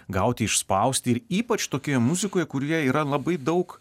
gauti išspausti ir ypač tokioje muzikoje kurioje yra labai daug